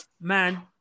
man